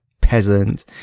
peasant